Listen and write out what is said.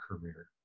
career